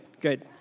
good